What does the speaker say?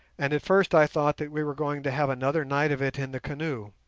and at first i thought that we were going to have another night of it in the canoes.